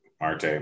Marte